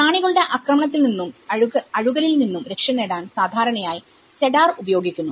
പ്രാണികളുടെ ആക്രമണത്തിൽ നിന്നും അഴുകലിൽ നിന്നും രക്ഷനേടാൻ സാധാരണയായി സെഡാർ ഉപയോഗിക്കുന്നു